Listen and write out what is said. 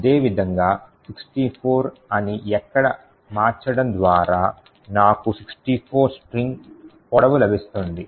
అదేవిధంగా 64 అని ఇక్కడ మార్చడం ద్వారా నాకు 64 స్ట్రింగ్ పొడవు లభిస్తుంది